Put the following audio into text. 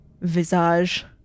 visage